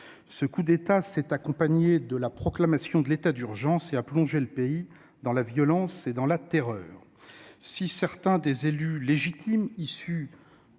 Ce coup d'État qui s'est accompagné de la proclamation de l'état d'urgence a plongé le pays dans la violence et la terreur. Si certains des élus « légitimes », issus